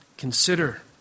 Consider